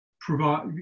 provide